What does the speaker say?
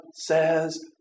says